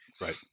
Right